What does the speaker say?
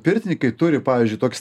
pirtininkai turi pavyzdžiui toks